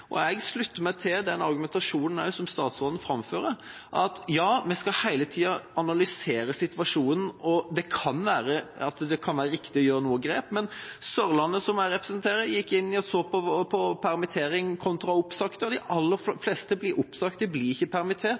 og jeg slutter meg til den argumentasjonen som statsråden framfører, om at vi skal hele tida analysere situasjonen, og at det kan være riktig å gjøre noen grep. På Sørlandet – som jeg representerer – så man på permittering kontra oppsigelse, og de aller fleste blir oppsagt, de blir ikke permittert,